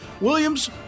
Williams